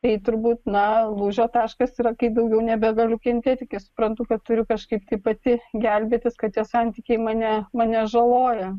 tai turbūt na lūžio taškas yra kai daugiau nebegaliu kentėti suprantu kad turiu kažkaip tai pati gelbėtis kad tie santykiai mane mane žaloja